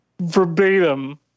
verbatim